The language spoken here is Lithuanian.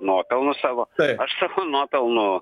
nuopelnus savo aš savo nuopelnų